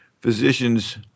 physicians